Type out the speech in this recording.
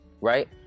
Right